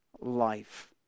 life